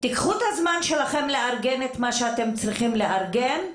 תיקחו את הזמן שלכם לארגן את מה שאתם צריכים לארגן,